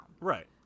Right